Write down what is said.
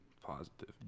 Positive